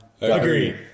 Agree